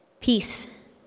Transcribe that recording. Peace